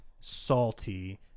salty